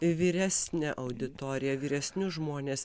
vyresnę auditoriją vyresnius žmones